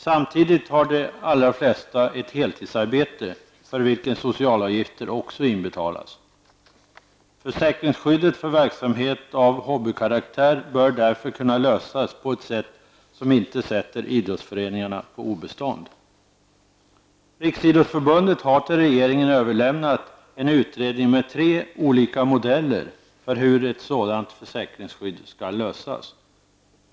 Samtidigt har de allra flesta ett heltidsarbete, för vilket socialavgifter också inbetalas. Försäkringsskyddet för verksamhet av hobbykaraktär bör därför kunna ordnas på ett sätt som inte sätter idrottsföreningarna på obestånd. Riksidrottsförbundet har till regeringen överlämnat en utredning med tre olika modeller för hur ett sådant försäkringsskydd skall ordnas.